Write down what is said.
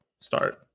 start